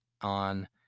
on